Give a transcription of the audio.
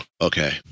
okay